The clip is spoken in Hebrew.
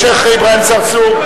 שיח' אברהים צרצור,